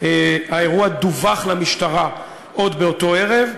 האירוע דווח למשטרה עוד באותו ערב,